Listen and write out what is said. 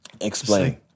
Explain